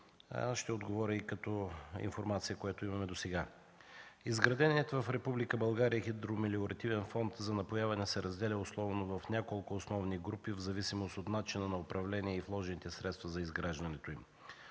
ще отговаря и като информация, която имаме досега. Изграденият в Република България Хидромелиоративен фонд за напояване се разделя условно в няколко основни групи в зависимост от начина на управление и вложените средства за изграждането им.